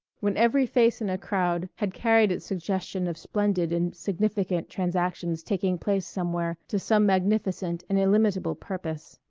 when every face in a crowd had carried its suggestion of splendid and significant transactions taking place somewhere to some magnificent and illimitable purpose.